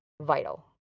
vital